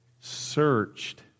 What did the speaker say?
searched